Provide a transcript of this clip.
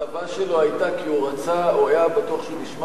האכזבה שלו היתה כי הוא היה בטוח שהוא ישמע